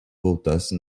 voltasse